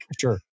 Sure